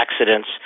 accidents